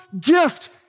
gift